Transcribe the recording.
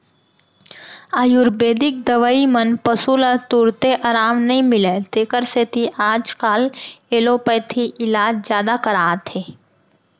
आयुरबेदिक दवई मन म पसु ल तुरते अराम नई मिलय तेकर सेती आजकाल एलोपैथी इलाज जादा कराथें